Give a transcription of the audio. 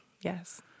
Yes